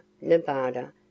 nevada